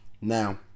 now